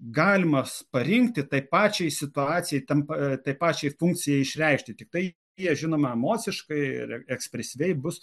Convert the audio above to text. galima parinkti tai pačiai situacijai tampa tai pačiai funkcijai išreikšti tiktai jie žinoma emociškai ir ekspresyviai bus